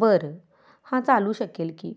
बरं हां चालू शकेल की